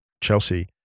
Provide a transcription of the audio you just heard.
Chelsea